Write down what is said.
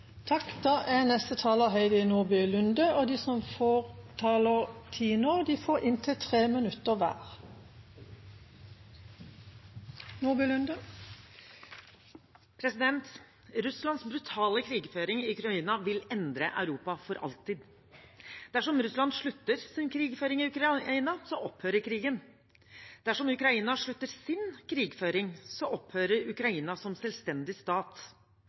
De talerne som heretter får ordet, har en taletid på inntil 3 minutter. Russlands brutale krigføring i Ukraina vil endre Europa for alltid. Dersom Russland slutter sin krigføring i Ukraina, opphører krigen. Dersom Ukraina slutter sin krigføring, opphører Ukraina som selvstendig stat.